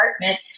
apartment